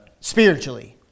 Spiritually